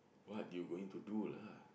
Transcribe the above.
what do you going to do lah